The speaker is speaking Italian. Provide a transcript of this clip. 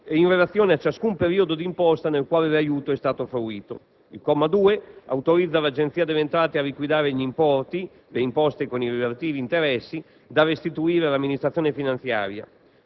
in relazione a ciascun periodo di imposta nel quale l'aiuto è stato fruito. Il comma 2 autorizza l'Agenzia dell'entrate a liquidare gli importi, le imposte con i relativi interessi, da restituire all'amministrazione finanziaria.